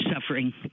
suffering